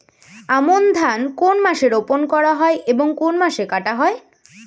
আমন ধান কোন মাসে রোপণ করা হয় এবং কোন মাসে কাটা হয়?